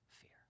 fear